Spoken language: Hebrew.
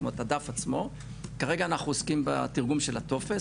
כרגע אנחנו עוסקים בתרגום של הטופס,